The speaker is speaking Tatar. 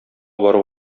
барып